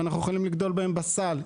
ואנחנו יכולים לגדול בהם בסל,